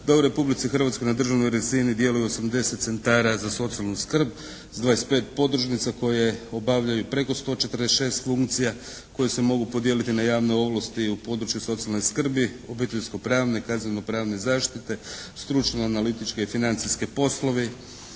u Republici Hrvatskoj na državnoj razini djeluje 80 centara za socijalnu skrb s 25 podružnica koje obavljaju preko 146 funkcija koje se mogu podijeliti na javne ovlasti u području socijalne skrbi, obiteljsko-pravne, kazneno-pravne zaštite, stručno-analitičke i financijske poslove.